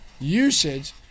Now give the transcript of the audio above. usage